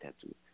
tattoo